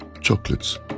chocolates